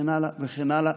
וכן הלאה וכן הלאה.